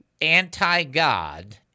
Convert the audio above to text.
anti-God